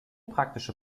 praktische